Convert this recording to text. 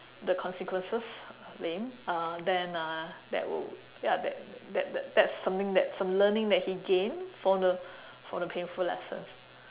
the consequences lame uh then uh that will ya that that that that that's something that so learning that he gain for the from the painful lessons